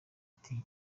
ati